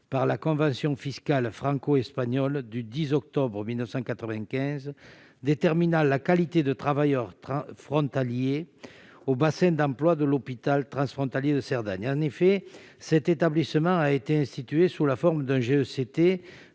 par la convention fiscale franco-espagnole du 10 octobre 1995, déterminant la qualité de travailleur frontalier, au bassin d'emploi de l'hôpital transfrontalier de Cerdagne. Cet établissement a été institué sous la forme d'un